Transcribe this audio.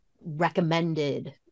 recommended